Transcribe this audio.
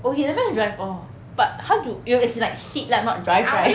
oh he never drive orh but how do e~ you it's like sit lah not drive right